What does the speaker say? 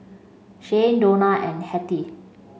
Shayne Dona and Hettie